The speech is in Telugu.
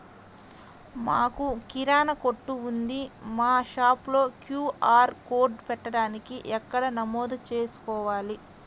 మాకు కిరాణా కొట్టు ఉంది మా షాప్లో క్యూ.ఆర్ కోడ్ పెట్టడానికి ఎక్కడ నమోదు చేసుకోవాలీ?